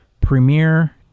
Premiere